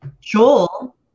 Joel